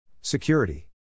Security